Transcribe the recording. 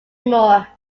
moore